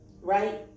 right